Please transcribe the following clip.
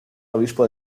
obispo